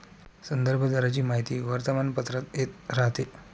संदर्भ दराची माहिती वर्तमानपत्रात येत राहते